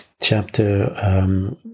chapter